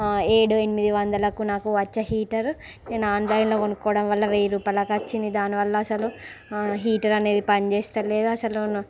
ఏడు ఎనిమిది వందలకు నాకు వచ్చే హీటర్ నేను ఆన్లైన్లో కొనుక్కోవడం వల్ల వెయ్యి రూపాయలకు వచ్చింది దానివల్ల అస్సలు హీటర్ అనేది పని చేస్తలేదు అస్సలు